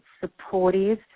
supportive